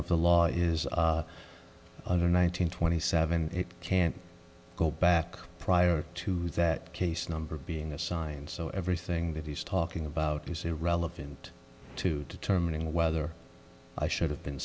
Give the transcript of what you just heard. of the law is under nine hundred twenty seven it can't go back prior to that case number being assigned so everything that he's talking about is irrelevant to determining whether i should have been